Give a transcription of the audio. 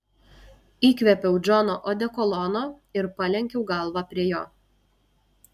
įkvėpiau džono odekolono ir palenkiau galvą prie jo